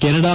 Canada